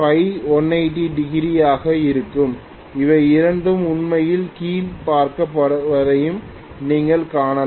Φ 180 ஆகும்போது அவை இரண்டும் உண்மையில் கீழ் பார்க்கப்படுவதையும் நீங்கள் காணலாம்